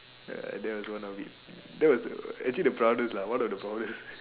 uh that was one of it that was actually the proudest lah one of the proudest